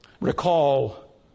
Recall